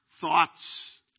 thoughts